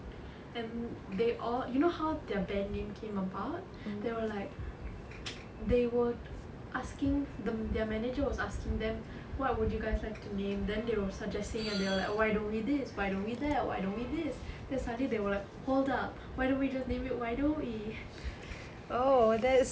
and they all you know how their band name came about they were like they were asking the their manager was asking them what would you guys like to name then they were suggesting they were like why don't we this why don't we that why don't we this then suddenly they were like hold up why don't we just name it why don't we